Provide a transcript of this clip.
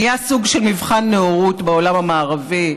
נהיה סוג של מבחן נאורות בעולם המערבי.